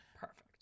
Perfect